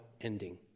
ending